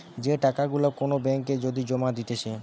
যে টাকা গুলা কোন ব্যাঙ্ক এ যদি জমা দিতেছে